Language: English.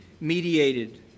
mediated